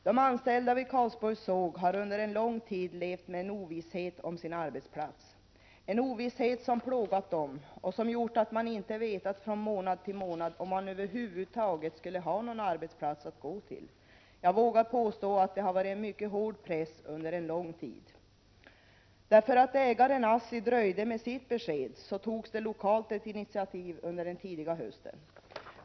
De anställda vid Karlsborgs såg har under en lång tid levat i ovisshet om sin arbetsplats, en ovisshet som plågat dem och som gjort att de inte vetat från månad till månad om de över huvud taget skulle ha någon arbetsplats att gå till. Jag vågar påstå att det har varit en mycket hård press under en lång tid. Eftersom ägaren, ASSI, dröjde med sitt besked togs det lokalt ett initiativ tidigt under hösten.